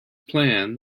plan